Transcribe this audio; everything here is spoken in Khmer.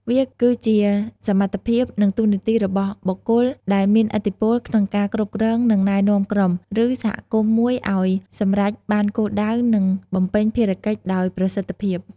វាគឺជាសមត្ថភាព និងតួនាទីរបស់បុគ្គលដែលមានឥទ្ធិពលក្នុងការគ្រប់គ្រង និងណែនាំក្រុម ឬសហគមន៍មួយឲ្យសម្រេចបានគោលដៅ និងបំពេញភារកិច្ចដោយប្រសិទ្ធភាព។